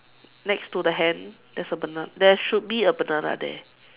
next to the hand there is a banana there should be a banana there